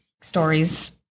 stories